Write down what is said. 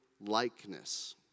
likeness